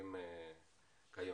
שמוצעים כיום.